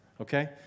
okay